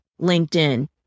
LinkedIn